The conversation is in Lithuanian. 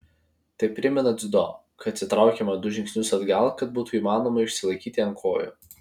tai primena dziudo kai atsitraukiama du žingsnius atgal kad būtų įmanoma išsilaikyti ant kojų